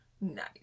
nice